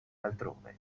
altrove